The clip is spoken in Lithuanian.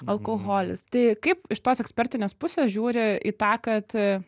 alkoholis tai kaip iš tos ekspertinės pusės žiūri į tą kad